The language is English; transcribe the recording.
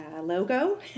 logo